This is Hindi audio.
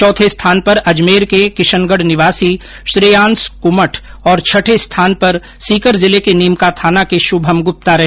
चौथे नम्बर पर अजमेर के किशनगढ निवासी श्रेयांस कुमठ और छठे स्थान पर सीकर जिले के नीमकाथाना के श्भम ग्रप्ता रहे